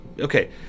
okay